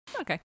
Okay